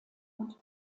und